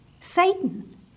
Satan